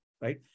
right